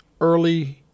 early